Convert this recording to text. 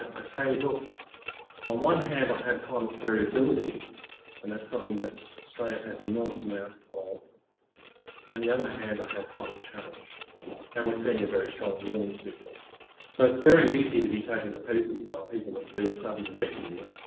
i say look on one hand i'll have climate variability and that's something that's australia has a most amount of and the other hand i had climate change and we're seeing a very strong warning signal so it's very easy to be taken to pieces by people that see us some wet year